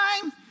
time